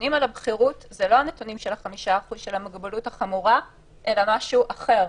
הנתונים על הבכירות הם לא הנתונים של המוגבלות החמורה אלא משהו אחר.